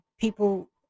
People